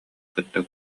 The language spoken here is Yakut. кытта